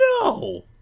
No